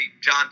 John